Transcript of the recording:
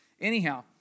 anyhow